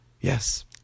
Yes